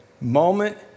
moment